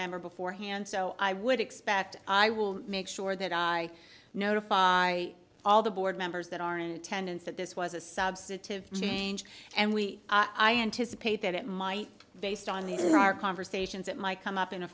member beforehand so i would expect i will make sure that i notify all the board members that are in attendance that this was a substantive change and we i anticipate that it might based on the in our conversations it might come up in a